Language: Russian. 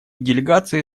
делегации